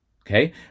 Okay